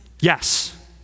Yes